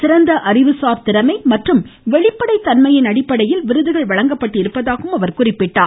சிறந்த அறிவுசார் திறமை மற்றும் வெளிப்படைத்தன்மையின் அடிப்படையில் விருதுகள் வழங்கப்பட்டிருப்பதாகவும் அவர் குறிப்பிட்டார்